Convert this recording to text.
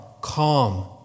calm